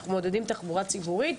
אנחנו מעודדים תחבורה ציבורית.